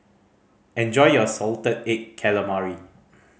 enjoy your salted egg calamari